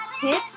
tips